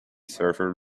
server